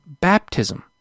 baptism